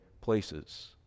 places